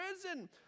prison